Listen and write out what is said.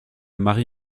mari